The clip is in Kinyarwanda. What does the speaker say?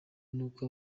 n’uko